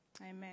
Amen